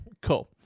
cool